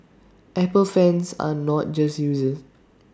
Apple fans are not just users